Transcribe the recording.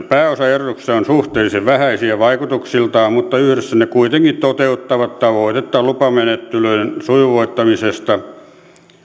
pääosa ehdotuksista on suhteellisen vähäisiä vaikutuksiltaan mutta yhdessä ne kuitenkin toteuttavat tavoitetta lupamenettelyjen sujuvoittamisesta